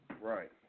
Right